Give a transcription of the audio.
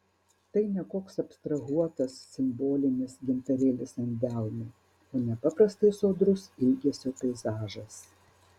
tai ne koks abstrahuotas simbolinis gintarėlis ant delno o nepaprastai sodrus ilgesio peizažas